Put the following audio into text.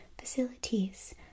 facilities